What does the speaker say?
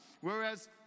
Whereas